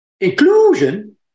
Inclusion